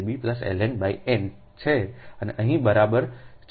L n n છે અને આ અહીં બરાબર છે n પણ છે